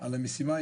על המשימה.